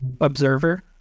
observer